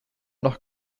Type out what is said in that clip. noch